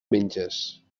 menges